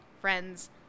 friends